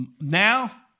Now